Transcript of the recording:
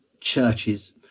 churches